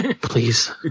please